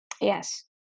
Yes